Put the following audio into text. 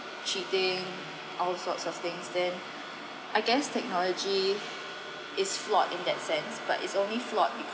cheating all sorts of things then I guess technology is flawed in that sense but it's only flawed